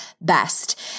best